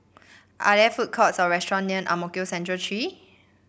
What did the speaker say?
are there food courts or restaurant near Ang Mo Kio Central Three